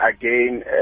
again